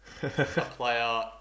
player